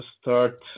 start